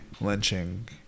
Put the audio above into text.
lynching